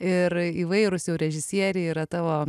ir įvairūs jau režisieriai yra tavo